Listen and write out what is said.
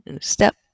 Step